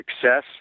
success